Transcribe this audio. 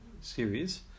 series